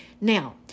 now